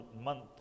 month